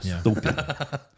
Stupid